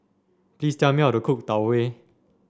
please tell me how to cook Tau Huay